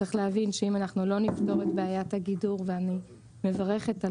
צריך להבין שאם אנחנו לא נפתור את בעיית הגידור ואני מברכת על